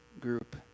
group